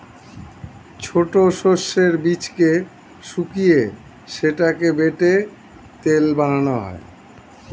ছোট সর্ষের বীজকে শুকিয়ে সেটাকে বেটে তেল বানানো হয়